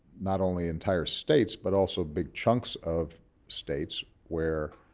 not only entire states but also big chunks of states where,